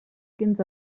quins